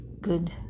good